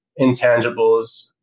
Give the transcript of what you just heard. intangibles